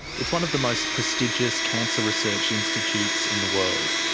it's one of the most prestigious cancer research institutes in the world.